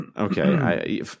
okay